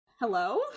hello